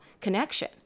connection